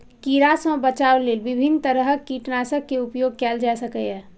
कीड़ा सं बचाव लेल विभिन्न तरहक कीटनाशक के उपयोग कैल जा सकैए